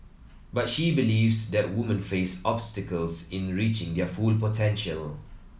but she believes that woman face obstacles in reaching their full potential